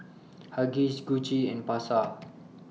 Huggies Gucci and Pasar